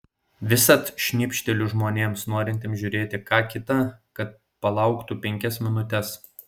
visad šnibžteliu žmonėms norintiems žiūrėti ką kita kad palauktų penkias minutes